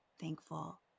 thankful